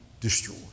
destroy